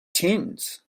tins